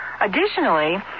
Additionally